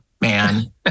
man